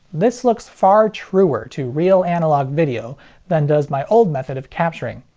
this looks far truer to real analog video than does my old method of capturing,